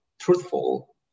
truthful